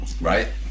Right